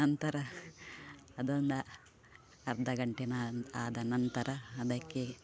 ನಂತರ ಅದನ್ನು ಅರ್ಧ ಗಂಟೆನ ಆದ ನಂತರ ಅದಕ್ಕೆ